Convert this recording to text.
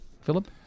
Philip